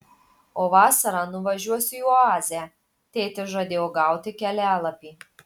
o vasarą nuvažiuosiu į oazę tėtis žadėjo gauti kelialapį